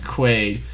Quaid